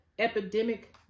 Epidemic